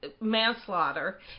manslaughter